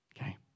okay